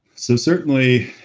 so certainly,